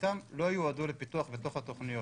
וכמחציתם לא יועדו לפיתוח בתוך התוכניות.